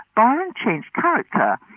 bond changed character.